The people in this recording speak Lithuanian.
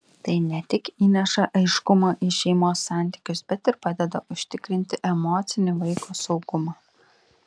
tai ne tik įneša aiškumo į šeimos santykius bet ir padeda užtikrinti emocinį vaiko saugumą